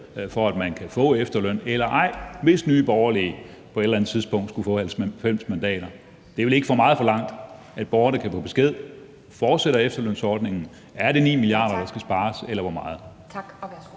for at man kan få efterløn, eller ej, hvis Nye Borgerlige på et eller andet tidspunkt skulle få 90 mandater? Det er vel ikke for meget forlangt, at borgerne kan få besked: Fortsætter efterlønsordningen? Er det 9 mia. kr., der skal spares, eller hvor meget? Kl.